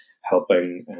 helping